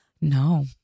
No